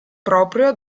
proprio